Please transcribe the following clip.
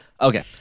Okay